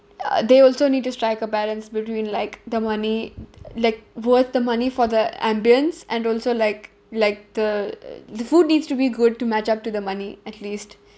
uh they also need to strike a balance between like the money like worth the money for the ambience and also like like the the food needs to be good to match up to the money at least